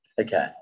Okay